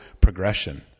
progression